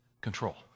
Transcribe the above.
Control